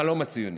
החלום הציוני.